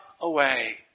away